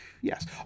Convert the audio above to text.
Yes